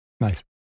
Nice